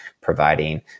providing